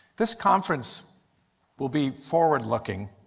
this conference will be forward-looking